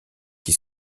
qui